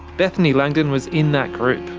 bethany langdon was in that group.